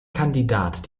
kandidat